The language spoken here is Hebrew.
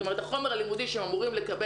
זאת אומרת החומר הלימודי שהם אמורים לקבל